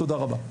תודה רבה.